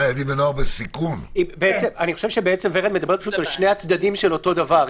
ורד מדברת על שני צדדים של אותו דבר.